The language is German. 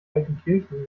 kaltenkirchen